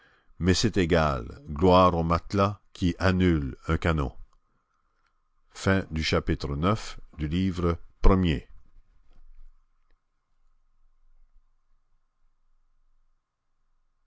mais c'est égal gloire au matelas qui annule un canon chapitre x